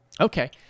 Okay